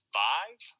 five